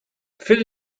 fill